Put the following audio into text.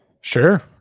Sure